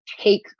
take